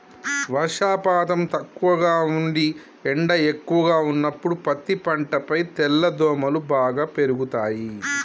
వర్షపాతం తక్కువగా ఉంది ఎండ ఎక్కువగా ఉన్నప్పుడు పత్తి పంటపై తెల్లదోమలు బాగా పెరుగుతయి